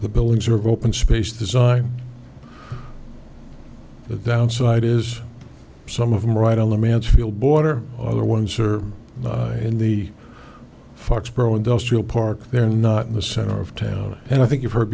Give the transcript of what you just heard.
the buildings are open space design the down side is some of them are right on the mansfield border other ones are in the foxboro industrial park they're not in the center of town and i think you've heard